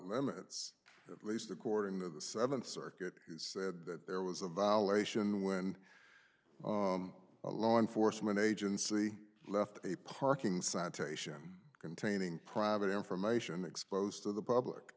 limits at least according to the seventh circuit who said that there was a violation when a law enforcement agency left a parking sign taishan containing private information exposed to the public